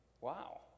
Wow